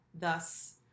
thus